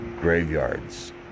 graveyards